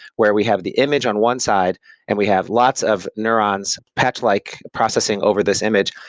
where we have the image on one side and we have lots of neurons patch-like processing over this image,